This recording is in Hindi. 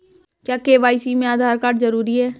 क्या के.वाई.सी में आधार कार्ड जरूरी है?